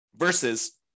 Versus